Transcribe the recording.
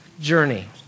journey